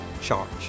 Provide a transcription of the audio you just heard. charge